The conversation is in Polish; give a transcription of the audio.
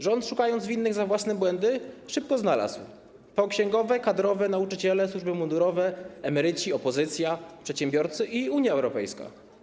Rząd, szukając winnych za własne błędy, szybko ich znalazł - to księgowe, kadrowe, nauczyciele, służby mundurowe, emeryci, opozycja, przedsiębiorcy i Unia Europejska.